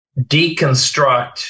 deconstruct